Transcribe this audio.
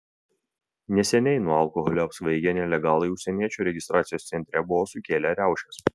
neseniai nuo alkoholio apsvaigę nelegalai užsieniečių registracijos centre buvo sukėlę riaušes